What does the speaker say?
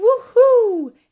Woohoo